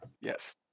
Yes